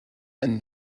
and